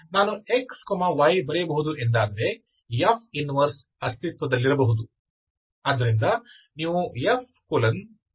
ನಾನು x y ಬರೆಯಬಹುದು ಎಂದಾದರೆ F 1ಅಸ್ತಿತ್ವದಲ್ಲಿರಬಹುದು